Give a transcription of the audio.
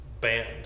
band